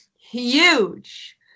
huge